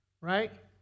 right